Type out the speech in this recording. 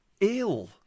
ill